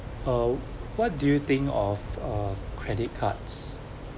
uh what do you think of uh credit cards